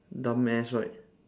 dumb ass right